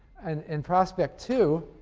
and in prospect two,